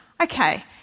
Okay